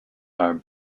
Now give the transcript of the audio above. are